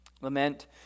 Lament